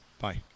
Bye